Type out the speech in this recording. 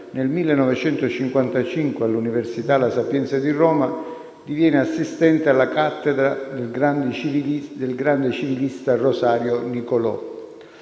nel 1955 all'università La Sapienza di Roma, diviene assistente alla cattedra del grande civilista Rosario Nicolò.